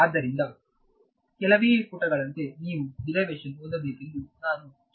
ಆದ್ದರಿಂದ ಕೆಲವೇ ಪುಟಗಳಂತೆ ನೀವು ಡಿರೈವೆಶನ್ ಓದಬೇಕೆಂದು ನಾನು ಶಿಫಾರಸು ಮಾಡುತ್ತೇವೆ